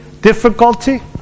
difficulty